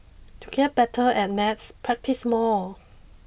to get better at maths practise more